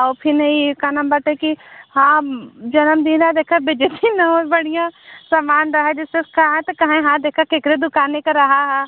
और फ़िर नई का बात है कि हाँ जन्मदिन है देखत भिजवाईं ना बढ़िया समान राहे जिससे साथ काहे हाँ देखत है एक दुकान है करआ हाँ